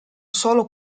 solo